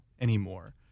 anymore